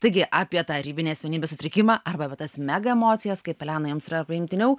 taigi apie tarybinį tą ribinį asmenybės sutrikimą arba apie tas mega emocijas kaip elena jums yra priimtiniau